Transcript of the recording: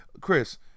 Chris